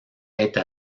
être